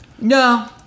No